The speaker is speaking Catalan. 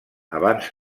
abans